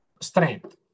Strength